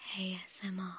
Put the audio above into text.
ASMR